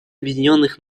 объединенных